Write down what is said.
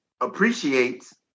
appreciates